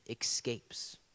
escapes